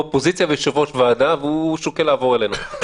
אופוזיציה ויושב-ראש ועדה והוא שוקל לעבור אלינו.